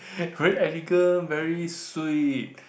very elegant very sweet